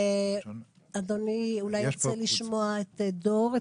אדוני אולי ירצה לשמוע את דור,